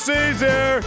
Caesar